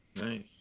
Nice